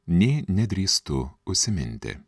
nė nedrįstu užsiminti